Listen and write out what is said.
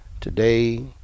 today